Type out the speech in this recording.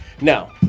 Now